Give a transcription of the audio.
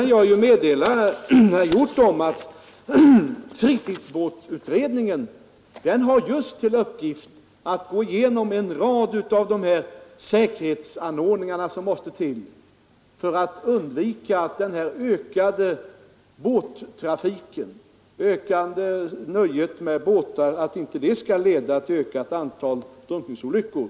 Jag kan meddela herr Hjorth att fritidsbåtutredningen har till uppgift att gå igenom en rad av de säkerhetsanordningar som måste tillgripas för att undvika att den ökade nöjesbåttrafiken leder till ett större antal drunkningsolyckor.